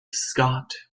scott